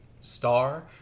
star